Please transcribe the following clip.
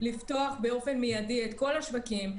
לפתוח באופן מידי את כל השווקים,